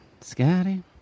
Scotty